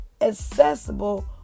accessible